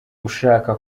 ushaka